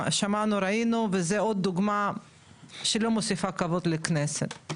ראינו ושמענו וזה עוד דוגמה שלא מוסיפה כבוד לכנסת.